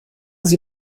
sie